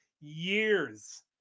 years